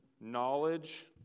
knowledge